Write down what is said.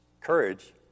courage